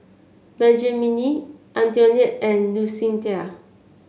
Benjamine Antionette and Lucinda